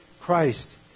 Christ